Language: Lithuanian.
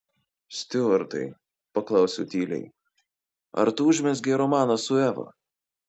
stiuartai paklausiau tyliai ar tu užmezgei romaną su eva